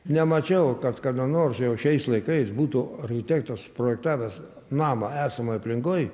nemačiau kas kada nors jau šiais laikais būtų architektas suprojektavęs namą esamoj aplinkoj